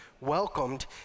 welcomed